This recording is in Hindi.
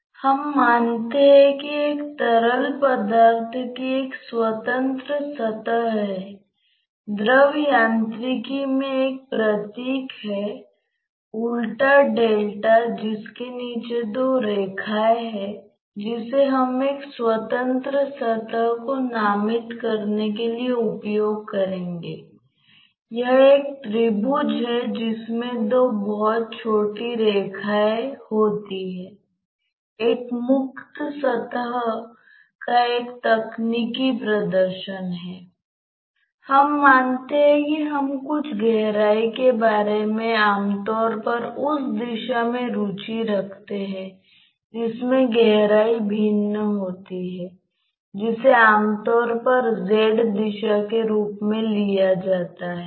तो हम कहते हैं कि हम इस तरह एक कंट्रोल वॉल्यूम पर विचार करते हैं जो कहते हैं कि इसका अंतिम फेस x दूरी पर स्थित है